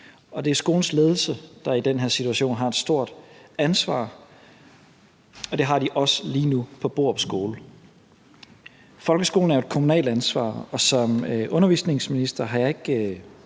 Det er skolens ledelse, der i den her situation har et stort ansvar, og det har de også lige nu på Borup Skole. Folkeskolen er et kommunalt ansvar, og som undervisningsminister har jeg ikke